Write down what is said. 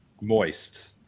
Moist